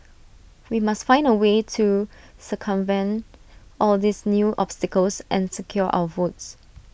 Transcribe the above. we must find A way to circumvent all these new obstacles and secure our votes